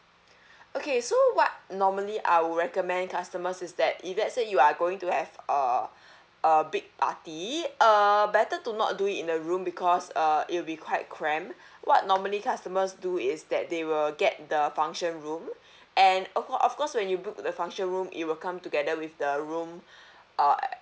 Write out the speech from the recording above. okay so what normally I will recommend customers is that if let's say you are going to have uh a big party err better to not do it in a room because uh it will be quite crammed what normally customers do is that they will get the function room and of cour~ of course when you book the function room it will come together with the room err